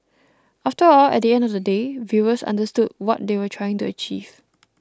after all at the end of the day viewers understood what they were trying to achieve